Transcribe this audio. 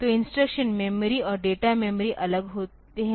तो instruction memory और data memory अलग होते है